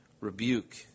rebuke